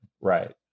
Right